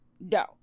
No